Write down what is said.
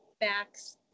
backs